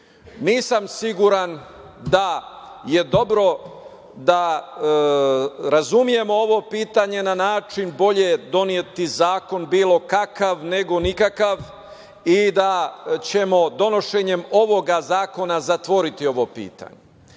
nisam siguran da je dobro da razumemo ovo pitanje na način „bolje doneti zakon bilo kakav, nego nikakav“ i da ćemo donošenjem ovog zakona zatvoriti ovo pitanje. Pitanje